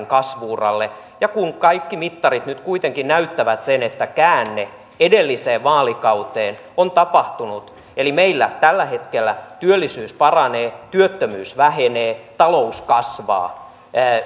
kasvu uralle kun kaikki mittarit nyt kuitenkin näyttävät sen että käänne edelliseen vaalikauteen on tapahtunut eli meillä tällä hetkellä työllisyys paranee työttömyys vähenee talous kasvaa